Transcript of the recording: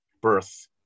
birth